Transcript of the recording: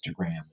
Instagram